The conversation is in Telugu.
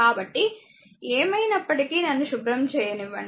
కాబట్టి ఏమైనప్పటికీ నన్ను శుభ్రం చేయనివ్వండి